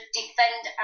defend